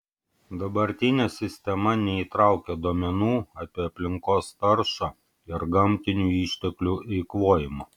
dabartinė sistema neįtraukia duomenų apie aplinkos taršą ir gamtinių išteklių eikvojimą